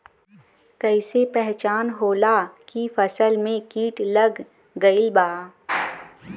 कैसे पहचान होला की फसल में कीट लग गईल बा?